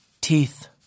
Teeth